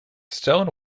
stone